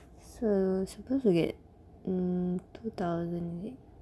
mm supposed to get mm two thousand eight